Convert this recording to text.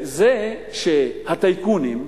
זה שהטייקונים,